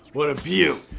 what a beaut.